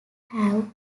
have